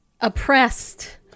oppressed